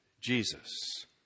Jesus